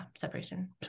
separation